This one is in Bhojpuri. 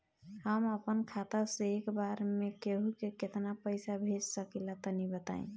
हम आपन खाता से एक बेर मे केंहू के केतना पईसा भेज सकिला तनि बताईं?